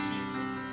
Jesus